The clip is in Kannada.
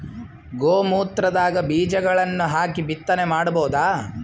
ಗೋ ಮೂತ್ರದಾಗ ಬೀಜಗಳನ್ನು ಹಾಕಿ ಬಿತ್ತನೆ ಮಾಡಬೋದ?